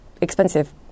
expensive